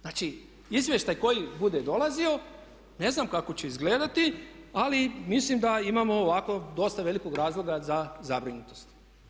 Znači izvještaj koji bude dolazio ne znam kako će izgledati ali mislim da imamo ovako dosta velikog razloga za zabrinutost.